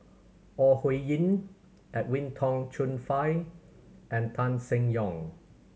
Ore Huiying Edwin Tong Chun Fai and Tan Seng Yong